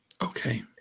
okay